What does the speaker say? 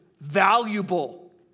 valuable